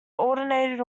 ordained